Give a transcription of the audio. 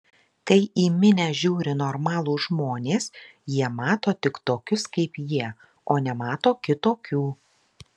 kai į minią žiūri normalūs žmonės jie mato tik tokius kaip jie o nemato kitokių